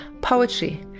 poetry